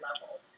level